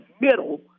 middle